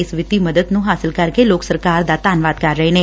ਇਸ ਵਿੱਤੀ ਮਦਦ ਨੂੰ ਹਾਸਲ ਕਰਕੇ ਲੋਕ ਸਰਕਾਰ ਦਾ ਧੰਨਵਾਦ ਕਰ ਰਹੇ ਨੇ